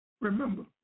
Remember